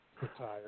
retire